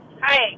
Hi